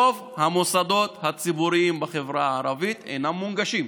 רוב המוסדות הציבוריים בחברה הערבית אינם מונגשים.